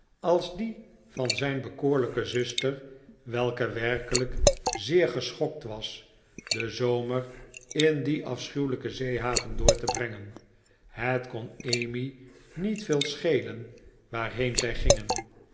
als die van zijn bekoorlijke zuster welke werkelijk zeer geschokt was den zomer in die afschuwelijke zeehaven door te brengen het kon emmy niet veel schelen waarheen zij gingen